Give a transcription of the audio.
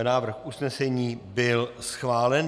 Návrh usnesení byl schválen.